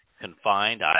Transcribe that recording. confined